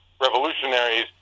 Revolutionaries